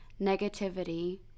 negativity